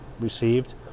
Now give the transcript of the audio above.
received